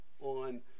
on